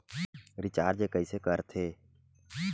Recharge कइसे कर थे?